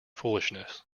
foolishness